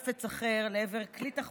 ממתי ליושב-ראש סמכות לקבוע?